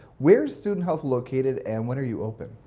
where is student health located and when are you open?